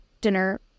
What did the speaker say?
dinner